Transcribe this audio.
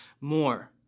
more